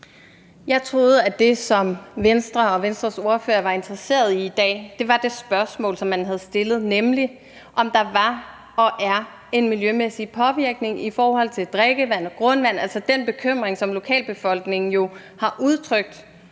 Jeg troede, at det, som Venstre og Venstres ordfører var interesseret i i dag, var det spørgsmål, som man havde stillet, nemlig om der var og er en miljømæssig påvirkning i forhold til drikkevand og grundvand, altså den bekymring, som lokalbefolkningen har udtrykt,